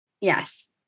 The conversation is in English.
yes